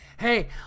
Hey